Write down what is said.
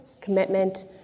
commitment